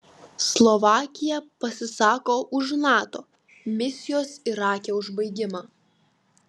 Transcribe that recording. slovakija pasisako už nato misijos irake užbaigimą